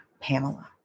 Pamela